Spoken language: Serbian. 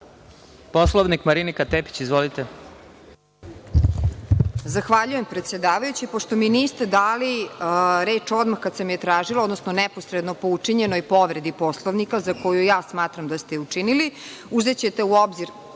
**Marinika Tepić** Zahvaljujem predsedavajući. Pošto mi niste dali reč odmah kada sam je tražila, odnosno neposredno po učinjenoj povredi Poslovnika, za koju ja smatram da ste učinili, uzećete u obzir